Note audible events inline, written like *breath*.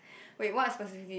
*breath* wait what specifically